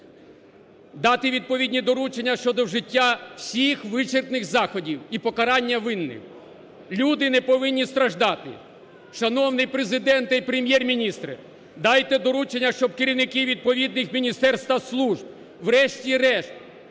дати відповідні доручення щодо вжиття всіх вичерпних заходів і покарання винних. Люди не повинні страждати! Шановний Президенте і Прем'єр-міністре, дайте доручення, щоб керівники відповідних міністерств та служб врешті-решт